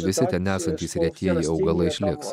visi ten esantys retieji augalai išliks